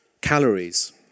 calories